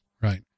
Right